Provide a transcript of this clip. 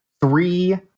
three